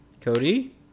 Cody